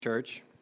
church